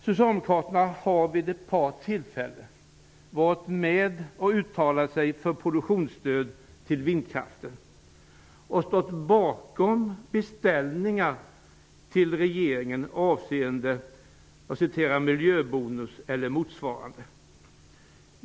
Socialdemokraterna har vid ett par tillfällen varit med och uttalat sig för produktionsstöd till vindkraften och stått bakom beställningar till regeringen avseende ''miljöbonus'' eller motsvarande.